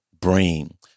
brain